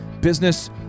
business